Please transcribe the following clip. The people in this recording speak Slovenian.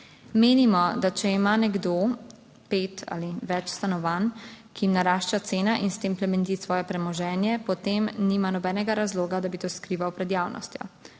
Menimo, da če ima nekdo pet ali več stanovanj, ki jim narašča cena, in s tem plemeniti svoje premoženje, potem nima nobenega razloga, da bi to skrival pred javnostjo.